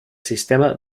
sistema